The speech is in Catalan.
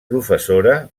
professora